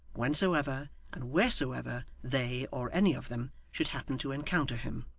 whensoever and wheresoever they, or any of them, should happen to encounter him.